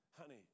honey